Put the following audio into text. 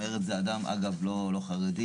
אומר את זה אדם לא חרדי,